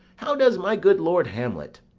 how does my good lord hamlet?